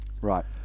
right